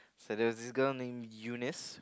so there was this girl named Eunice